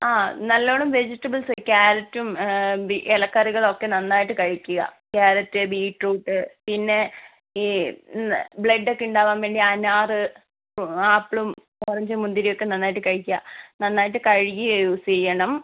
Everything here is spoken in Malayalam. ആ നല്ലവണ്ണം വെജിറ്റബിൾസ് ക്യാരറ്റും ബി ഇല കറികൾ ഒക്കെ നന്നായിട്ട് കഴിക്കുക കാരറ്റ് ബീറ്റ്റൂട്ട് പിന്നെ ഈ ബ്ലഡ് ഒക്കെ ഉണ്ടാവാൻ വേണ്ടി അനാർ ആപ്പിളും ഓറഞ്ചും മുന്തിരിയും ഒക്കെ നന്നായിട്ട് കഴിക്കുക നന്നായിട്ട് കഴുകി യൂസ് ചെയ്യണം